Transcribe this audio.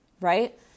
Right